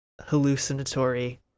hallucinatory